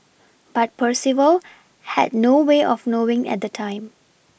but Percival had no way of knowing at the time